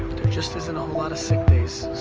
just isn't a whole lot of sick days.